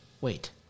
Wait